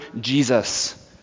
Jesus